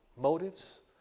Motives